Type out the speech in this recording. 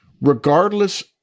regardless